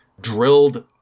drilled